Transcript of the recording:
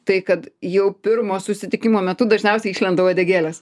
tai kad jau pirmo susitikimo metu dažniausiai išlenda uodegėlės